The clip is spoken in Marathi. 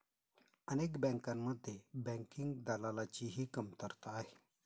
अनेक बँकांमध्ये बँकिंग दलालाची ही कमतरता आहे